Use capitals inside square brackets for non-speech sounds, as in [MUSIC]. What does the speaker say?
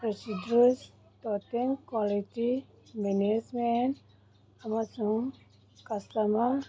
ꯄꯣꯁꯤꯗꯤꯌꯔ [UNINTELLIGIBLE] quality management ꯑꯃꯁꯨꯡ customer